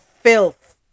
filth